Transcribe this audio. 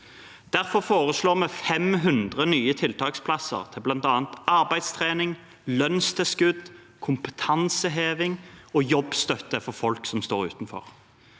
Derfor foreslår vi 500 nye tiltaksplasser til bl.a. arbeidstrening, lønnstilskudd, kompetanseheving og jobbstøtte for folk som står utenfor.